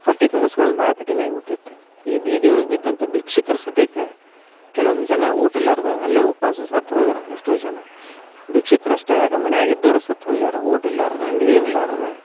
ಹೊಟ್ಟೆ ತುಂಬಸ್ಕೊಳೋದು ಭಾಳ ಕಠಿಣ ಆಗ್ಬಿಟ್ಟಿತ್ತ ಈ ಬೀದಿ ಒಳಗೆ ಬಿದ್ದಂಥ ಭಿಕ್ಷಕರ್ ಸತೇಕ ಕೆಲ್ವೊಂದು ಜನ ಊಟ ಇಲ್ಲಾರ್ದ ಅಲ್ಲೆ ಉಪವಾಸ ಸತ್ತು ಹೋದ್ರ ಎಷ್ಟೋ ಜನ ಭಿಕ್ಷುಕರು ಅಷ್ಟೆ ಯಾಕೆ ಮನ್ಯಾಗ ಇದ್ದೋರು ಸತ್ತು ಹೋಗ್ಯಾರ ಊಟ ಇಲ್ಲಾರದ ನೀರು ಇಲ್ಲಾರದ